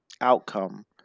outcome